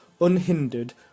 unhindered